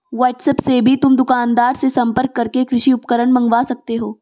WhatsApp से भी तुम दुकानदार से संपर्क करके कृषि उपकरण मँगवा सकते हो